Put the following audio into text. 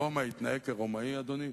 ברומא התנהג כרומאי, אדוני.